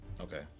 Okay